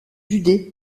județ